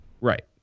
Right